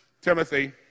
Timothy